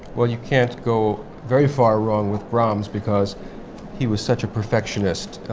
well you can't go very far wrong with brahms because he was such a perfectionist.